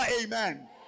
amen